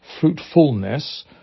fruitfulness